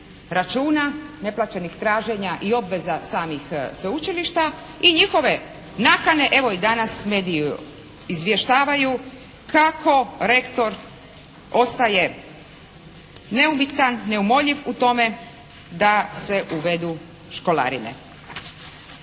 računa, neplaćenih traženja i obveza samih sveučilišta i njihove nakane. Evo i danas mediji izvještavaju kako rektor ostaje neumitan, neumoljiv u tome da se uvedu školarine.